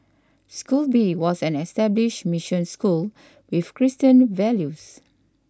school B was an established mission school with Christian values